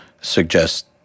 suggest